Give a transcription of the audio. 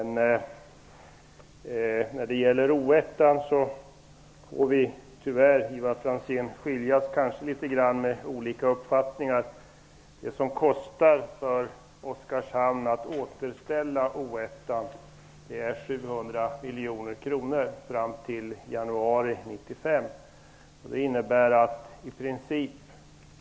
När det gäller O1 får vi, tyvärr Ivar Franzén, skiljas med litet olika uppfattningar. Vad det kostar Oskarshamn att återställa O1 är 700 miljoner kronor fram till januari 1995.